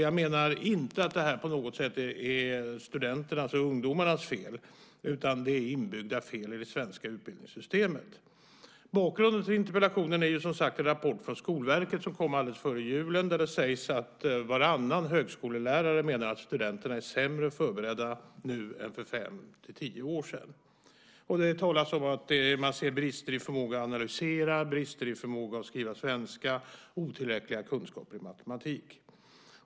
Jag menar inte att det här på något sätt är studenternas och ungdomarnas fel, utan det är inbyggda fel i det svenska utbildningssystemet. Bakgrunden till interpellationen är som sagt en rapport från Skolverket som kom alldeles före jul, där det sägs att varannan högskolelärare menar att studenterna är sämre förberedda nu än för fem-tio år sedan. Det talas om att man ser brister i förmåga att analysera, brister i förmåga att skriva svenska och otillräckliga kunskaper i matematik.